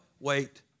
Wait